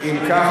אם כך,